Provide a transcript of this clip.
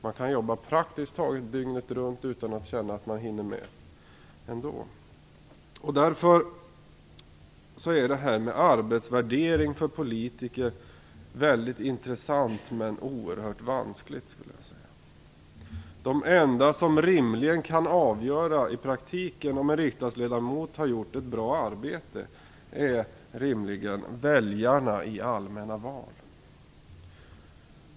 Man kan jobba praktiskt taget dygnet runt och ändå känna att man inte hinner med. Därför skulle jag vilja säga att arbetsvärdering för politiker är väldigt intressant men oerhört vanskligt. De enda som i praktiken rimligen kan avgöra om en riksdagsledamot har gjort ett bra arbete är väljarna i allmänna val.